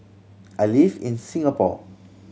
I live in Singapore